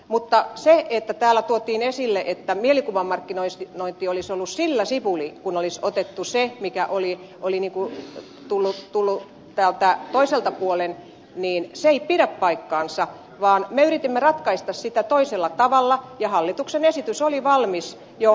mutta kun täällä tuotiin esille että mielikuvamarkkinointi olisi ollut sillä sipuli kun olisi otettu se mikä oli tullut täältä toiselta puolen se ei pidä paikkansa vaan me yritimme ratkaista sitä toisella tavalla ja hallituksen esitys oli valmis jo helmikuun alussa